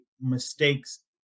mistakes